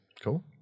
Cool